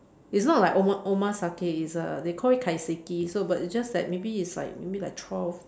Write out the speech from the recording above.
it's not like oma~ omasake it's a they called it kaiseki so but it's just like maybe it's like maybe like twelve